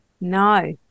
No